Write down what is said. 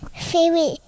favorite